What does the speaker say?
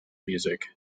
music